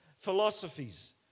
philosophies